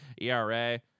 ERA